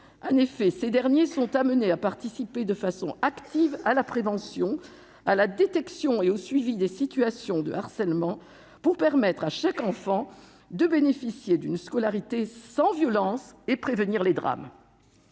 En effet, ils sont amenés à participer de façon active à la prévention, à la détection et au suivi des situations de harcèlement, pour permettre à chaque enfant de bénéficier d'une scolarité sans violence et prévenir les drames.